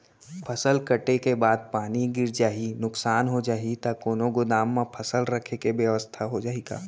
फसल कटे के बाद पानी गिर जाही, नुकसान हो जाही त कोनो गोदाम म फसल रखे के बेवस्था हो जाही का?